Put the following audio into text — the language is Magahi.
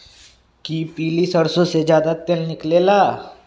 कि पीली सरसों से ज्यादा तेल निकले ला?